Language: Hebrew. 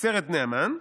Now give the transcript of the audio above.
עשרת בני המן'.